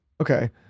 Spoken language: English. Okay